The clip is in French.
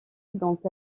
dont